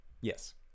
Yes